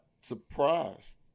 surprised